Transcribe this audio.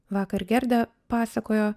vakar gerda pasakojo